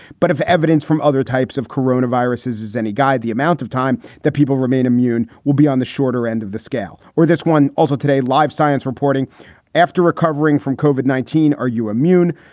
but if evidence from other types of corona viruses is any guide, the amount of time that people remain immune will be on the shorter end of the scale. or this one. also today, live science reporting after recovering from cauvin nineteen. are you immune?